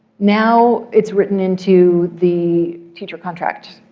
now, it's written into the teacher contract.